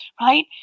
right